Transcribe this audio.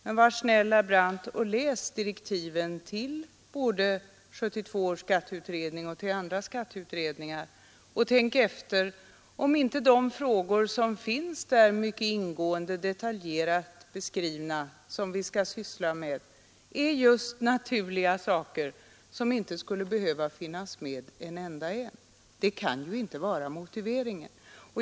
Men var snäll, herr Brandt, och läs direktiven både till 1972 års skatteutredning och till andra skatteutredningar och tänk efter, om inte de frågor som där mycket ingående och detaljerat beskrivs och som vi skall syssla med är just naturliga saker, som inte en enda skulle behöva finnas med. Det kan inte vara motiveringen.